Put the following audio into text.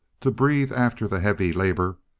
to breathe after the heavy labor,